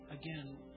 again